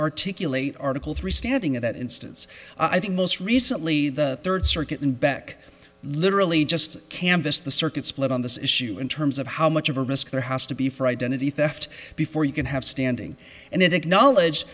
articulate article three standing in that instance i think most recently the third circuit in back literally just canvas the circuit split on this issue in terms of how much of a risk there has to be for identity theft before you can have standing and it acknowledge